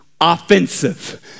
offensive